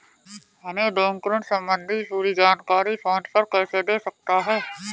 हमें बैंक ऋण संबंधी पूरी जानकारी फोन पर कैसे दे सकता है?